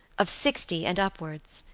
of sixty and upwards,